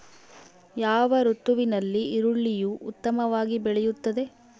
ಯಾವ ಋತುವಿನಲ್ಲಿ ಈರುಳ್ಳಿಯು ಉತ್ತಮವಾಗಿ ಬೆಳೆಯುತ್ತದೆ?